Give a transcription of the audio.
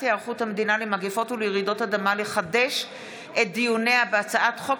היערכות המדינה למגפות ולרעידות אדמה לחדש את דיוניה בהצעת חוק